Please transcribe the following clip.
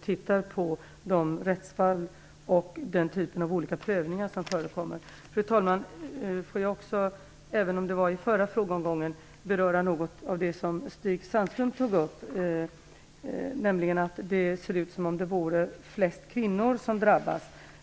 tittar på de rättsfall och de olika former av prövningar som förekommer. Fru talman! Även om det var uppe i förra frågeomgången vill jag också beröra något av det som Stig Sandström sade. Han sade att det ser ut som om det vore flest kvinnor som drabbas.